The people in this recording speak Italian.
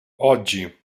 oggi